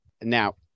now